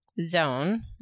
zone